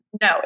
No